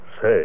say